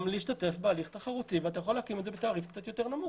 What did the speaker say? להשתתף בהליך תחרותי ואתה יכול להקים את זה בתעריף קצת יותר נמוך.